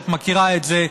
את מכירה את זה.